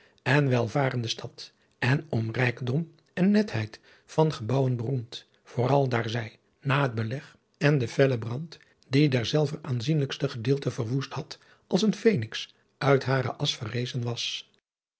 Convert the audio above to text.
en welvarende stad en om rijkdom en netheid van gebouwen beroemd vooral daar zij na het beleg en den sellen brand die derzelver aanzienlijkste gedeelte verwoest had als een feniks uit hare asch verrezen was